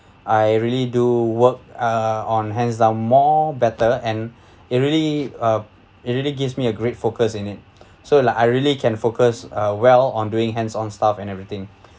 I really do work uh on hands down more better and it really uh it really gives me a great focus in it so like I really can focus uh well on doing hands on stuff and everything